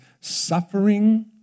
Suffering